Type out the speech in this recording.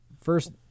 first